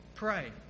pray